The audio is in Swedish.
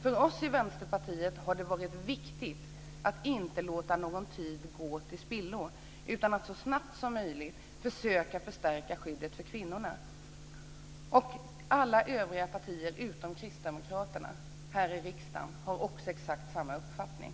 För oss i Vänsterpartiet har det varit viktigt att inte låta någon tid gå till spillo utan att så snabbt som möjligt försöka förstärka skyddet för kvinnorna. Alla övriga partier här i riksdagen, utom Kristdemokraterna, har exakt samma uppfattning.